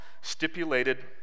stipulated